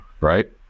right